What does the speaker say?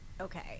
Okay